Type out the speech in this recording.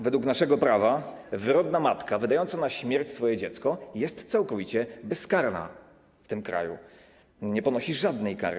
Według naszego prawa wyrodna matka wydająca na śmierć swoje dziecko jest całkowicie bezkarna w tym kraju, nie ponosi żadnej kary.